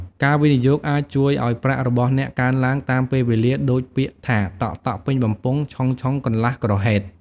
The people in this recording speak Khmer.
ការវិនិយោគអាចជួយឱ្យប្រាក់របស់អ្នកកើនឡើងតាមពេលវេលាដូចពាក្យថា តក់ៗពេញបំពង់ ឆុងៗកន្លះក្រហេត។